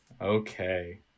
Okay